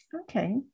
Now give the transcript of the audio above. Okay